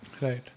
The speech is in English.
Right